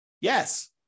Yes